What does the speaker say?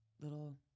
little